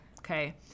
Okay